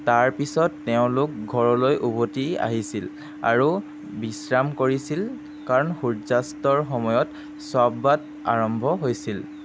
তাৰ পিছত তেওঁলোক ঘৰলৈ উভতি আহিছিল আৰু বিশ্ৰাম কৰিছিল কাৰণ সূৰ্য্যাস্তৰ সময়ত শ্বাব্বাত আৰম্ভ হৈছিল